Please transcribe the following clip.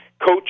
coach